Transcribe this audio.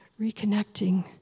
reconnecting